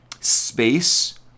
space